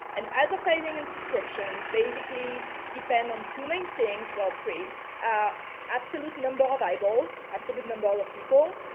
and advertising and subscriptions basically depend on two main things, well three ah absolute number of eyeballs, absolute number of people,